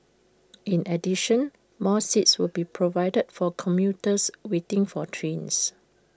in addition more seats will be provided for commuters waiting for trains